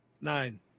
Nine